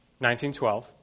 1912